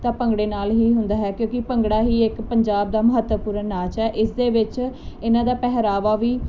ਤਾਂ ਭੰਗੜੇ ਨਾਲ ਹੀ ਹੁੰਦਾ ਹੈ ਕਿਉਂਕਿ ਭੰਗੜਾ ਹੀ ਇੱਕ ਪੰਜਾਬ ਦਾ ਮਹੱਤਵਪੂਰਨ ਨਾਚ ਹੈ ਇਸ ਦੇ ਵਿੱਚ ਇਹਨਾਂ ਦਾ ਪਹਿਰਾਵਾ ਵੀ